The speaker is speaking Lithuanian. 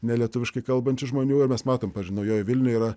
nelietuviškai kalbančių žmonių ir mes matom pavyzdžiui naujoji vilnia yra